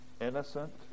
innocent